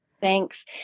Thanks